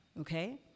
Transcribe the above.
okay